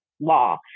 law